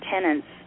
tenants